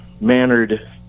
mannered